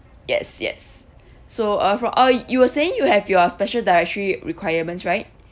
yes yes so uh for uh you were saying you have your special dietary requirements right